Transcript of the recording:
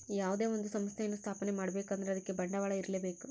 ಯಾವುದೇ ಒಂದು ಸಂಸ್ಥೆಯನ್ನು ಸ್ಥಾಪನೆ ಮಾಡ್ಬೇಕು ಅಂದ್ರೆ ಅದಕ್ಕೆ ಬಂಡವಾಳ ಇರ್ಲೇಬೇಕು